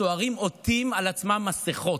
הסוהרים עוטים על עצמם מסכות.